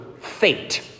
fate